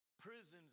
Prisons